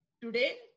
today